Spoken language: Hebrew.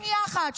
שנייה אחת.